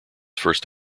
first